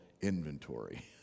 inventory